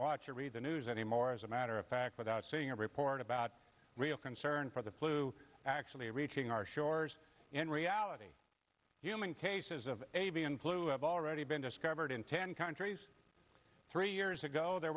watch or read the news any more as a matter of fact without seeing a report about real concern for the flu actually reaching our shores in reality human cases of avian flu have already been discovered in ten countries three years ago there